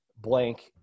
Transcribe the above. blank